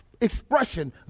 expression